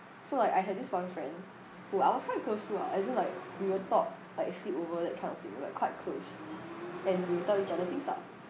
so like I had this one friend who I was quite close to lah as in like we would talk like sleepover that kind of thing we were like quite close and we tell each other things lah